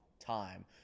time